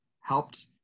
helped